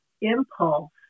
impulse